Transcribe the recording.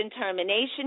termination